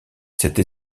cette